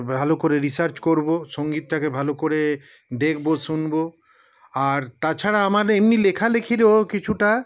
ভালো করে রিসার্চ করব সঙ্গীতটাকে ভালো করে দেখবো শুনবো আর তাছাড়া আমার এমনি লেখালেখিরও কিছুটা